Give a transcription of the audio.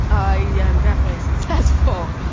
i yeah am definitely successful.